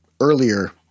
earlier